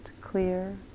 clear